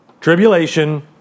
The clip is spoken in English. tribulation